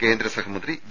കേന്ദ്ര സഹമന്ത്രി വി